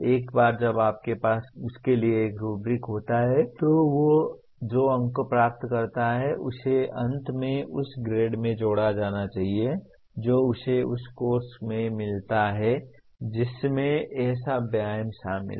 एक बार जब आपके पास उसके लिए एक रुब्रिक होता है तो वह जो अंक प्राप्त करता है उसे अंत में उस ग्रेड में जोड़ा जाना चाहिए जो उसे उस कोर्स में मिलता है जिसमें ऐसा व्यायाम शामिल है